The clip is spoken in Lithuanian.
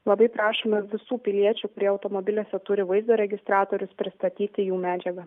labai prašome visų piliečių kurie automobiliuose turi vaizdo registratorius pristatyti jų medžiagą